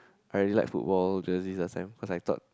I really like football jerseys last time cause I thought